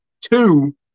two